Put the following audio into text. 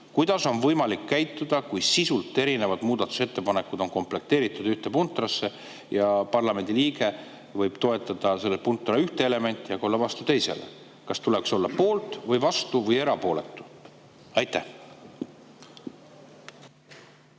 kuidas on võimalik käituda, kui sisult erinevad muudatusettepanekud on komplekteeritud ühte puntrasse ja parlamendi liige võib toetada selle puntra ühte elementi, aga olla vastu teisele? Kas tuleks olla poolt või vastu või erapooletu? Aitäh,